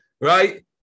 right